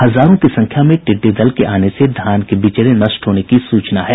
हजारों की संख्या में टिड्डी दल के आने से धान के बिचड़े के नष्ट होने की सूचना है